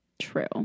True